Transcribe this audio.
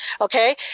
okay